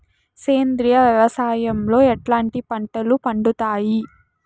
సేంద్రియ వ్యవసాయం లో ఎట్లాంటి పంటలు పండుతాయి